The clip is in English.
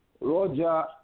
Roger